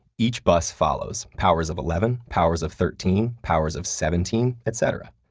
each bus follows powers of eleven, powers of thirteen, powers of seventeen, etc.